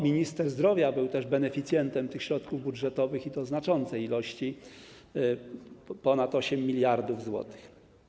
Minister zdrowia też był beneficjentem tych środków budżetowych, i to znaczącej ilości - ponad 8 mld zł.